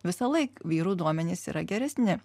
visąlaik vyrų duomenys yra geresni